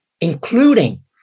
including